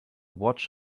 watch